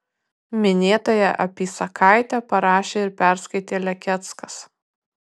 minėtąją apysakaitę parašė ir perskaitė lekeckas